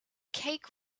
cake